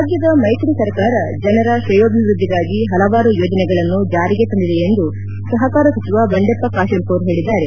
ರಾಜ್ಡದ ಮೈತ್ರಿ ಸರ್ಕಾರ ಜನರ ಶ್ರೇಯೋಭಿವೃದ್ದಿಗಾಗಿ ಪಲವಾರು ಯೋಜನೆಗಳನ್ನು ಜಾರಿಗೆ ತಂದಿದೆ ಎಂದು ಸಪಕಾರ ಸಚಿವ ಬಂಡೆಪ್ಪ ಕಾಶೆಂಪೂರ್ ಹೇಳಿದ್ದಾರೆ